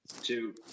Two